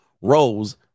Rose